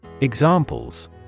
Examples